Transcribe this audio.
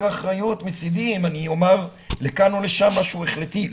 אחריות מצדי אם אני אומר לכאן או לשם משהו החלטי.